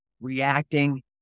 reacting